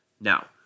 Now